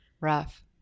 rough